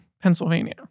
Pennsylvania